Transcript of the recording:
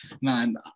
man